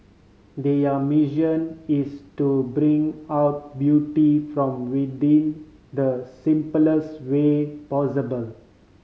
their mission is to bring out beauty from within the simplest way possible